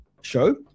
show